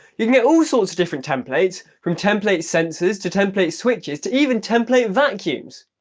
you can get all sorts different templates, from template senses, to template switches, to even template vacuums.